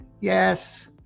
Yes